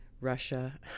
Russia